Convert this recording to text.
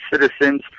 citizens